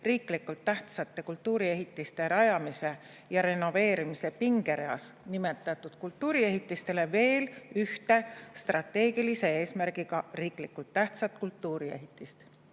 riiklikult tähtsate kultuuriehitiste rajamise ja renoveerimise pingereas nimetatud kultuuriehitistele veel ühte strateegilise eesmärgiga riiklikult tähtsat kultuuriehitist.